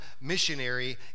missionary